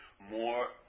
more